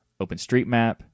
OpenStreetMap